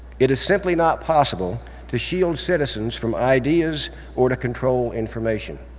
it is simply not possible to shield citizens from ideas or to control information.